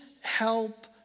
help